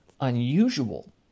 unusual